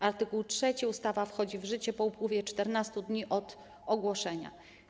Art. 3. Ustawa wchodzi w życie po upływie 14 dni od dnia ogłoszenia.